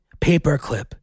Paperclip